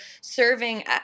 serving